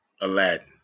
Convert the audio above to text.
Aladdin